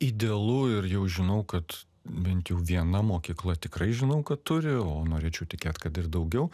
idealu ir jau žinau kad bent jau viena mokykla tikrai žinau kad turi o norėčiau tikėt kad ir daugiau